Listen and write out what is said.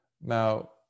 Now